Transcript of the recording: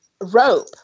rope